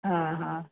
ହଁ ହଁ